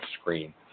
screen